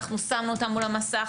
אנחנו שמנו אותם מול המסך,